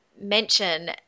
mention